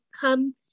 come